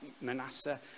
Manasseh